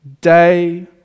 Day